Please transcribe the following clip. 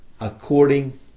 according